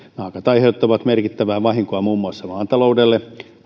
naakat aiheuttavat merkittävää vahinkoa muun muassa maataloudelle